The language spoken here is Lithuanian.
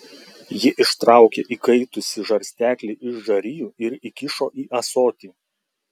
ji ištraukė įkaitusį žarsteklį iš žarijų ir įkišo į ąsotį